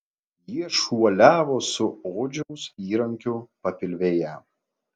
jie šuoliavo su odžiaus įrankiu papilvėje